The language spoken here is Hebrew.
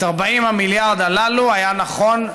את 40 המיליארד הללו היה נכון,